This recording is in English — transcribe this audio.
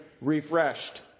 refreshed